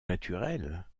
naturel